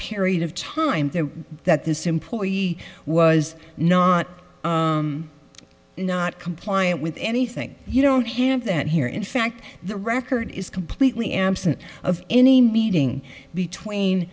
period of time there that this employee was not not compliant with anything you don't have that here in fact the record is completely absent of any meeting between